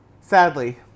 Sadly